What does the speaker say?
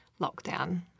lockdown